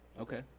okay